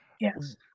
Yes